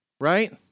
right